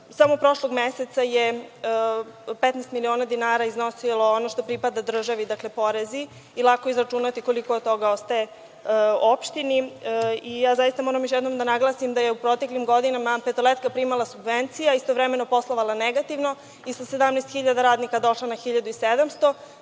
samo prošlog meseca je 15 miliona dinara iznosilo ono što pripada državi, dakle porezi, i lako je izračunati koliko od toga ostaje opštini. Moram još jednom da naglasim da je u proteklim godinama „Prva petoletka“ primala subvencije, istovremeno poslovala negativno i sa 17.000 radnika došla na 1.700.